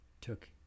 took